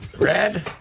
Red